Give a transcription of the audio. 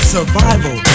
Survival